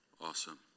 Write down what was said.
Awesome